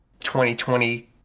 2020